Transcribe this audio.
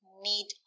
need